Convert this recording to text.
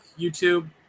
YouTube